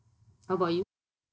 how about you